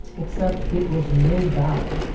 except it was no ballad.